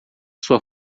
sua